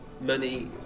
money